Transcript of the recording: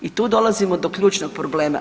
I tu dolazimo do ključnog problema.